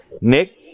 Nick